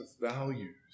values